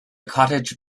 cottage